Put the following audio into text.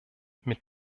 mit